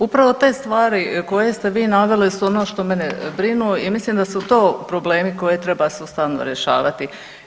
Upravo te stvari koje ste vi naveli su ono što mene brine i mislim da su to problemi koje treba sustavno rješavati.